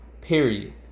period